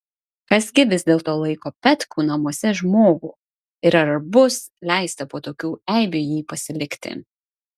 kas gi vis dėlto laiko petkų namuose žmogų ir ar bus leista po tokių eibių jį pasilikti